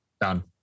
Done